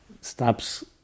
stops